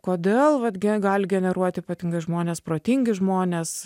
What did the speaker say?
kodėl vat ge gali generuoti ypatingai žmonės protingi žmonės